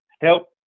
help